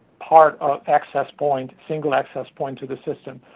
part of access points, single access points to the system.